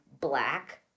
black